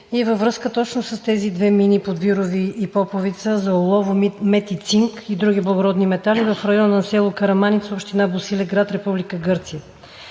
и във връзка точно с тези две мини „Подвирови“ и „Поповица“ за олово, мед и цинк и други благородни метали в района на село Караманица, община Босилеград, република